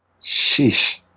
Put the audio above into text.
sheesh